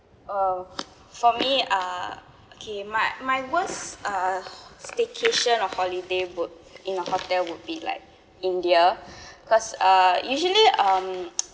uh for me ah okay my my worst uh staycation or holiday would in the hotel would be like india cause uh usually um